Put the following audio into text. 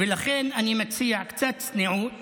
ולכן אני מציע קצת צניעות